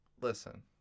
Listen